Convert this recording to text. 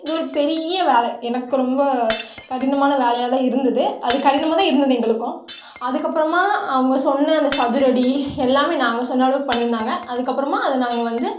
இது ஒரு பெரிய வேலை எனக்கு ரொம்ப கடினமான வேலையாக தான் இருந்தது அது கடினமாக தான் இருந்தது எங்களுக்கும் அதுக்கப்புறமா அவங்க சொன்ன அந்த சதுரடி எல்லாமே நாங்கள் சொன்ன அளவுக்கு பண்ணியிருந்தாங்க அதுக்கப்புறமா அதை நாங்கள் வந்து